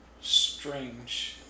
strange